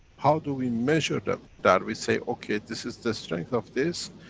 how do we measure them? that we say, okay, this is the strength of this,